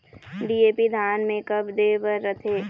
DAP धान मे कब दे बर रथे?